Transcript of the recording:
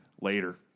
Later